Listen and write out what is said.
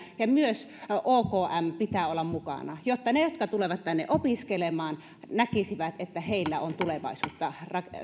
ja myös okmn pitää olla mukana jotta ne jotka tulevat tänne opiskelemaan näkisivät että heillä on tulevaisuutta